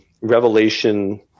revelation